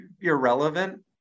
irrelevant